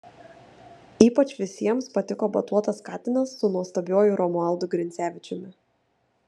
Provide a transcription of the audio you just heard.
ypač visiems patiko batuotas katinas su nuostabiuoju romualdu grincevičiumi